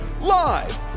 live